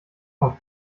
vom